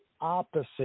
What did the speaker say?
opposite